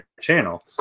channel